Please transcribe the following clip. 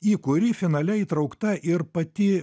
į kurį finale įtraukta ir pati